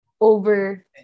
over